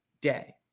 day